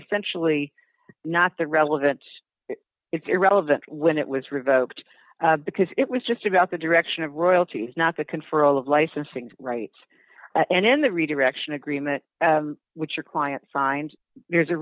essentially not the relevant it's irrelevant when it was revoked because it was just about the direction of royalties not the control of licensing rights and in the redirection agreement which your client signed there's a